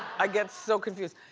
i get so confused.